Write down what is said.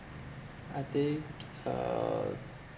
I think uh